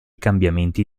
cambiamenti